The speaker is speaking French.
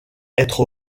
être